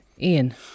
Ian